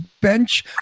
bench